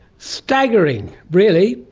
staggering really,